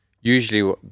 usually